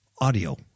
audio